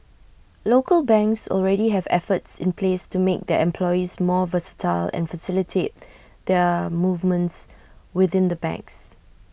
local banks already have efforts in place to make their employees more versatile and facilitate their movements within the banks